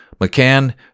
McCann